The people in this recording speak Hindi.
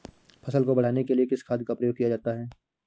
फसल को बढ़ाने के लिए किस खाद का प्रयोग किया जाता है?